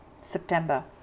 September